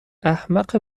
احمق